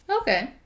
Okay